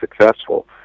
successful